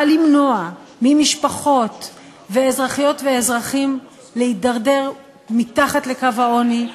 באה למנוע ממשפחות ואזרחיות ואזרחים להידרדר מתחת לקו העוני,